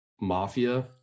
mafia